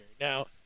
Now